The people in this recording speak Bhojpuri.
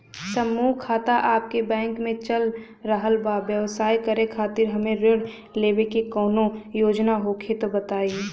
समूह खाता आपके बैंक मे चल रहल बा ब्यवसाय करे खातिर हमे ऋण लेवे के कौनो योजना होखे त बताई?